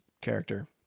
character